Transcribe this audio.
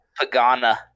Pagana